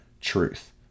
truth